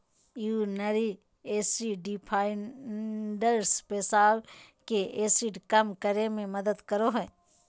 urinary acidifiers पेशाब के acid कम करे मे मदद करो हय